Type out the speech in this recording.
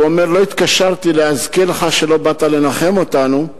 הוא אומר: לא התקשרתי להזכיר לך שלא באת לנחם אותנו,